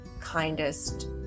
kindest